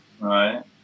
Right